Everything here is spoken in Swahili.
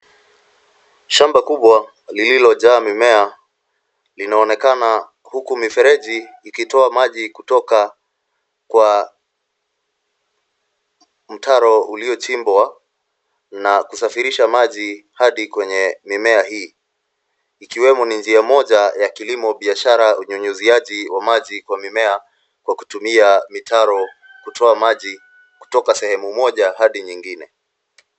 Shamba kubwa lililojaa mimea linaonekana huku mifereji ikitoa maji kutoka kwa mtaro uliochimbwa na kusafirisha maji hadi kwenye mimea hii ikiwemo ni njia moja ya kilimo biashara unyunyuziaji wa maji kwa mimea kwa kutumia mtaro kutua maji kutoka sehemu moja hadi nyingine.